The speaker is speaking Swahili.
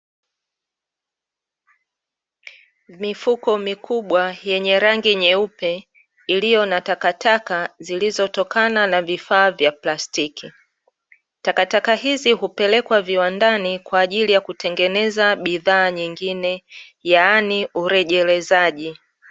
Mifuko mikubwa yenye rangi nyeupe iliyo na takataka zilizotokana na vifaa vya plastiki. Takataka hizi hupelekwa viwandani kwaajili ya kutengeneza bidhaa nyingine yaani urejelezaji.